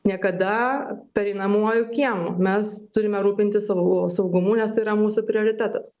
niekada pereinamuoju kiemu mes turime rūpintis savo saugumu nes tai yra mūsų prioritetas